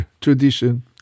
tradition